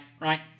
Right